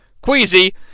Queasy